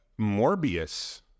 Morbius